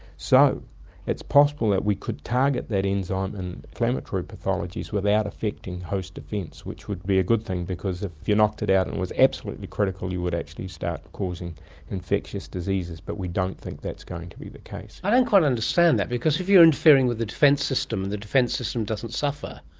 so it's possible that we could target that enzyme in inflammatory pathologies without affecting host defence, which would be a good thing because if you knocked it out and it was absolutely critical you would actually start causing infectious diseases, but we don't think that's going to be the case. i don't quite understand that because if you're interfering with the defence system and the defence system doesn't suffer,